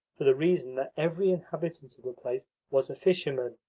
for the reason that every inhabitant of the place was a fisherman.